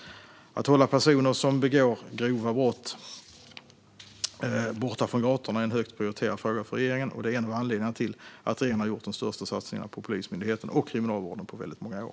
Att hålla personer som begår grova brott borta från gatorna är en högt prioriterad fråga för regeringen. Detta är en av anledningarna till att regeringen har gjort de största satsningarna på Polismyndigheten och Kriminalvården på väldigt många år.